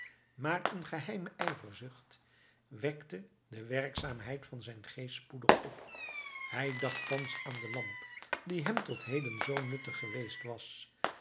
maar een geheime ijverzucht wekte de werkzaamheid van zijn geest spoedig weer op hij dacht thans aan de lamp die hem tot heden zoo nuttig geweest was